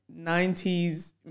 90s